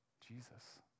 Jesus